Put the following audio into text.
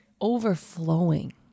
overflowing